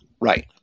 Right